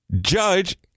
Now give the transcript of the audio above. Judge